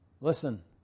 Listen